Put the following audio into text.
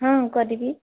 ହଁ କରିବି